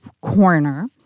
corner